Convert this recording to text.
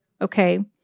okay